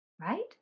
right